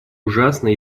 ужасно